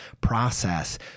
process